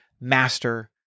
master